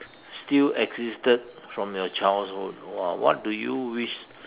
still existed from your childhood !wah! what do you wish